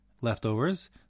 leftovers